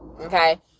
Okay